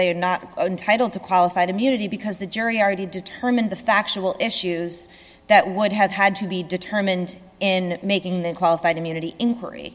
they are not entitled to qualified immunity because the jury already determined the factual issues that would have had to be determined in making the qualified immunity inquiry